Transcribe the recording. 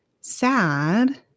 sad